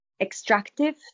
extractive